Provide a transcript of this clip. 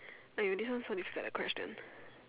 !aiyo! this one so difficult the question